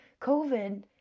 covid